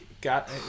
Got